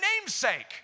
namesake